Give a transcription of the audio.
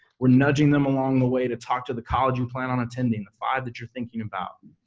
we're nudging them along the way to talk to the college you plan on attending, the five that you're thinking about.